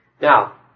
Now